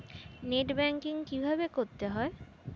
Net banking কীভাবে করতে হয়?